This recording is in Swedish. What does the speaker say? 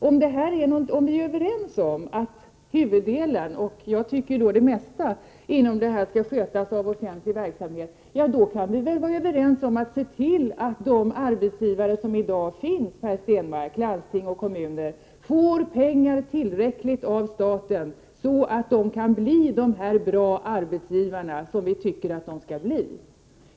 Om vi är överens om att huvuddelen — det mesta —- inom det här området skall skötas av offentlig verksamhet, då kan vi väl, Per Stenmarck, vara överens om att se till att de arbetsgivare som i dag finns, nämligen landsting och kommuner, får tillräckligt med pengar av staten, så att de kan bli de bra arbetsgivare som vi tycker att de skall bli.